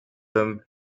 him